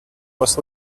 was